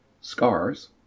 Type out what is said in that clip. scars